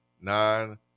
nine